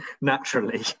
Naturally